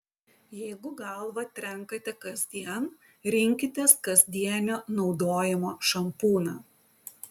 jeigu galvą trenkate kasdien rinkitės kasdienio naudojimo šampūną